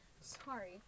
Sorry